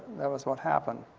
that was what happened.